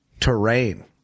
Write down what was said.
terrain